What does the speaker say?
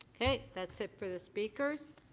okay that's it for the speakers.